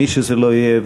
מי שזה לא יהיה,